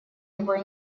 его